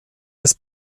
des